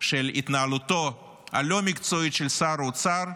של התנהלותו הלא מקצועית של שר אוצר,